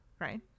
Right